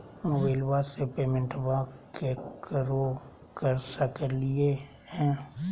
मोबाइलबा से पेमेंटबा केकरो कर सकलिए है?